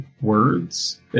words